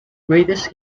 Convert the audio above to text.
greatest